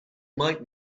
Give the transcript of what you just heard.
might